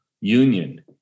union